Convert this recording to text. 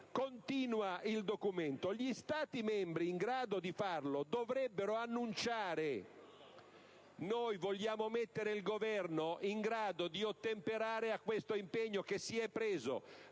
Continua il documento: «Gli Stati membri in grado di farlo dovrebbero annunciare» - e noi vogliamo mettere il Governo in grado di ottemperare a questo impegno che si è preso